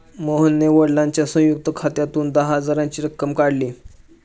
मोहनने वडिलांच्या संयुक्त खात्यातून दहा हजाराची रक्कम काढली